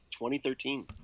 2013